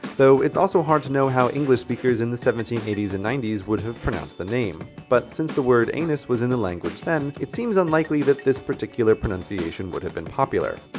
though it's also hard to know how english speakers in the seventeen eighty s and ninety s would have pronounced the name. but since the word anus was in the language then, it seems unlikely, that this particular pronunciation would have been popular.